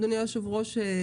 אדוני היושב ראש,